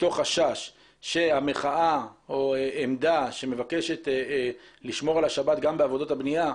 מתוך חשש שהעמדה שמבקשת לשמור על השבת גם בעבודות הבנייה,